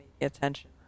attention